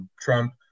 Trump